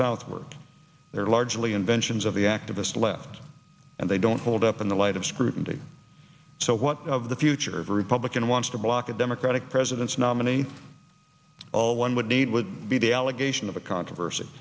southward they're largely inventions of the activist left and they don't hold up in the light of scrutiny so what of the future republican wants to block a democratic president's nominee all one would need would be the allegation of a controversy